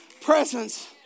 presence